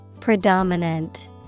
Predominant